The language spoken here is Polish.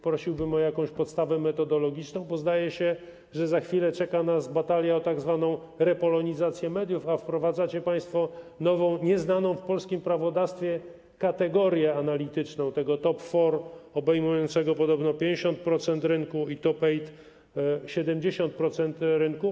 Prosiłbym o jakąś podstawę metodologiczną, bo, zdaje się, za chwilę czeka nas batalia o tzw. repolonizację mediów, a wprowadzacie państwo nową, nieznaną w polskim prawodawstwie kategorię analityczną top four obejmującego podobno 50% rynku i top eight - 70% rynku.